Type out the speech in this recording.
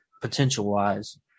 potential-wise